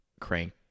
crank